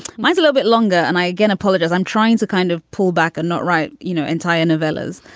mine's a little bit longer and i again apologize. i'm trying to kind of pull back a note. right. you know, entire novellas.